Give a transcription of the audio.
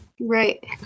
Right